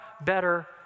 better